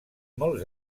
molts